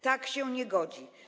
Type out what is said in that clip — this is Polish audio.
Tak się nie godzi.